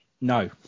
No